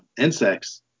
insects